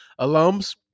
alums